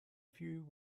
few